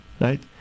right